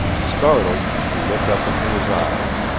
startled, she looked up into his eyes.